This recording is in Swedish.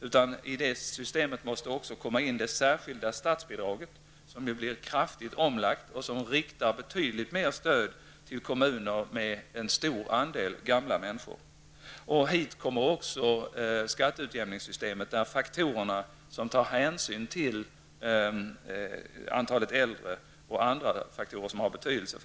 I det systemet måste också komma in det särskilda statsbidraget som blir kraftigt omlagt och riktar betydligt mer stöd till kommuner med en stor andel gamla människor. Därtill kommer också skatteutjämningssystemet, där man kommer att förstärka de faktorer som tar hänsyn till antalet äldre och andra saker av betydelse.